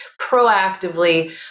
proactively